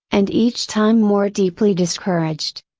and each time more deeply discouraged.